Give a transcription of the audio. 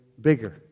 bigger